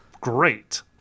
great